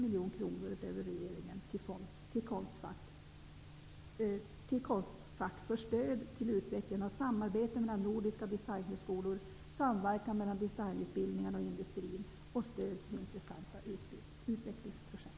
Vi socialdemokrater vill därför anslå Konstfack för stöd till utvecklingen av samarbete mellan nordiska designhögskolor, till samverkan mellan designutbildningarna och industrin samt till stöd för intressanta utvecklingsprojekt.